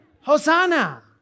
hosanna